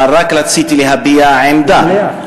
אבל רק רציתי להביע עמדה.